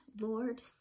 Lord